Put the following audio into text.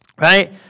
Right